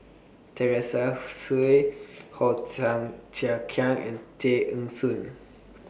Teresa Hsu Way Hor Thia Thia Khiang and Tay Eng Soon